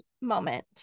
moment